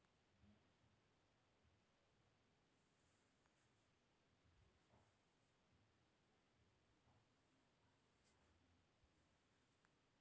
ಪೆನ್ಷನ್ದು ರೊಕ್ಕಾ ನಮ್ಮುಗ್ ತಿಂಗಳಾ ತಿಂಗಳನೂ ಕೊಡ್ತಾರ್ ಇಲ್ಲಾ ಒಂದೇ ಸಲಾನೂ ಕೊಡ್ತಾರ್